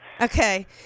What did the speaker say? Okay